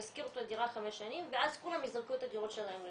ישכירו את הדירה חמש שנים ואז כולם יזרקו את הדירות שלהם לשוק.